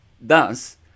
Thus